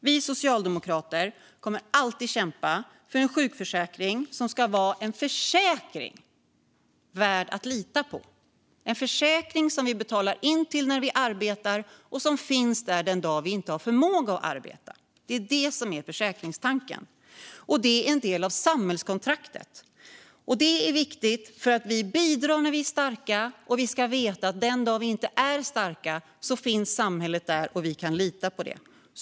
Vi socialdemokrater kommer alltid att kämpa för en sjukförsäkring som ska vara en försäkring värd att lita på, en försäkring som vi betalar in till när vi arbetar och som finns där den dag vi har förmåga att arbeta. Det är försäkringstanken, och den är en del av samhällskontraktet. Vi bidrar när vi är starka, och vi ska veta att den dag vi inte är starka finns samhället där - och vi kan lita på det.